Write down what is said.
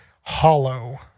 hollow